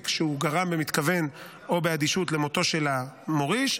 שהוא גרם במתכוון או באדישות למותו של המוריש,